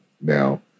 Now